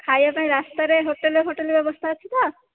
ଖାଇବା ପାଇଁ ରାସ୍ତାରେ ହୋଟେଲ୍ ଫୋଟେଲ୍ ବ୍ୟବସ୍ଥା ଅଛି ତ